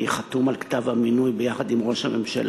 אני חתום על כתב המינוי ביחד עם ראש הממשלה.